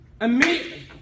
Immediately